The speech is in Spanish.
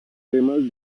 temas